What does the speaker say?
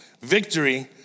Victory